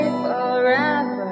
forever